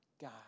God